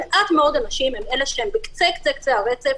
מעט מאוד אנשים מאלה שהם בקצה-קצה הרצף